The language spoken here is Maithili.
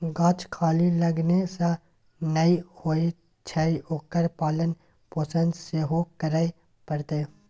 गाछ खाली लगेने सँ नै होए छै ओकर पालन पोषण सेहो करय पड़तै